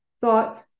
thoughts